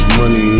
money